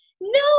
no